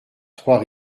trois